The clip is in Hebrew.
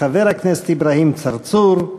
חבר הכנסת אברהים צרצור,